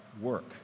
work